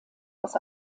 aus